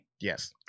Yes